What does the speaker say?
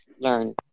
learn